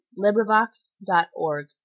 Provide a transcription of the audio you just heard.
LibriVox.org